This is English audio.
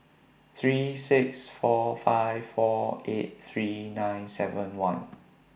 three six four five four eight three nine seven one